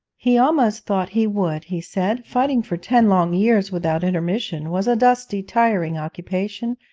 he almost thought he would, he said fighting for ten long years without intermission was a dusty, tiring occupation,